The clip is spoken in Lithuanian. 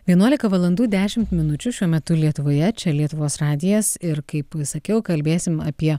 vienuolika valandų dešimt minučių šiuo metu lietuvoje čia lietuvos radijas ir kaip sakiau kalbėsim apie